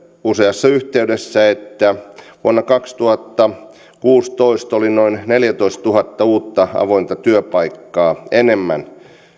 useassa yhteydessä että te toimistojen ilmoituksen mukaan vuonna kaksituhattakuusitoista oli noin neljätoistatuhatta uutta avointa työpaikkaa enemmän